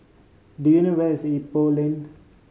do you know where is Ipoh Lane